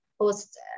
Post